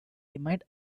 remained